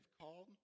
called